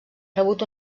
rebut